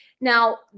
Now